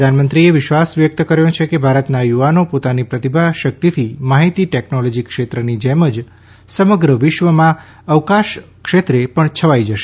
પ્રધાનમંત્રીએ વિશ્વાસ વ્યક્ત કર્યો છે કે ભારતના યુવાનો પોતાની પ્રતિભાશક્તિથી માહિતી ટેકનોલોજી ક્ષેત્રની જેમ જ સમગ્ર વિશ્વમાં અવકાશ ક્ષેત્રે પણ છવાઈ જશે